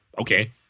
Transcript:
okay